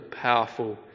powerful